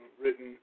written